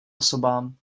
osobám